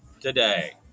today